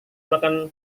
makan